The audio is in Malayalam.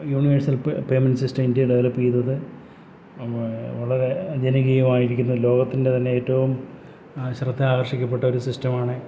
യൂണിവേഴ്സൽ പേമെൻറ്റ് സിസ്റ്റം ഇന്ത്യയിൽ ഡെവലപ്പ് ചെയ്തത് വളരെ ജനകീയമായിരിക്കുന്നു ലോകത്തിൻ്റെ തന്നെ ഏറ്റവും ശ്രദ്ധ ആകർഷിക്കപ്പെട്ടൊരു സിസ്റ്റമാണ്